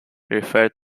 referred